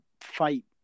fight